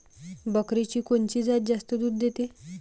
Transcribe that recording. बकरीची कोनची जात जास्त दूध देते?